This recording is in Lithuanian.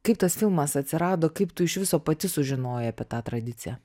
kaip tas filmas atsirado kaip tu iš viso pati sužinojai apie tą tradiciją